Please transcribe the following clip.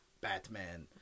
Batman